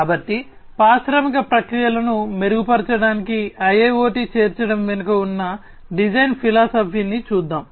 కాబట్టి పారిశ్రామిక ప్రక్రియలను మెరుగుపరచడానికి IIoT చేర్చడం వెనుక ఉన్న డిజైన్ ఫిలాసఫీని చూద్దాం